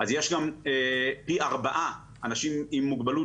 אז יש גם פי ארבעה אנשים עם מוגבלות